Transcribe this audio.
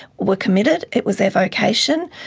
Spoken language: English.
were committed, it was their vocation.